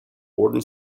warden